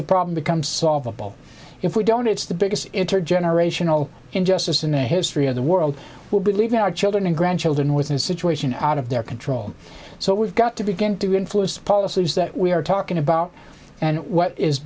the problem becomes solvable if we don't it's the biggest intergenerational injustice in the history of the world will be leaving our children and grandchildren with a situation out of their control so we've got to begin to influence the policies that we are talking about and what is